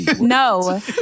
No